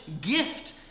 gift